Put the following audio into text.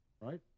right